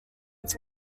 its